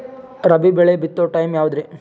ರಾಬಿ ಬೆಳಿ ಬಿತ್ತೋ ಟೈಮ್ ಯಾವದ್ರಿ?